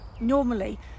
normally